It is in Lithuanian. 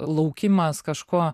laukimas kažko